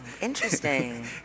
Interesting